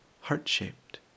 heart-shaped